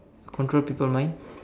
control people mind